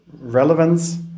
relevance